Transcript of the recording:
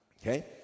Okay